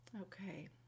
Okay